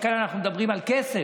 כי כאן אנחנו מדברים על כסף,